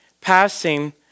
passing